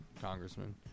congressman